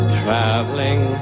traveling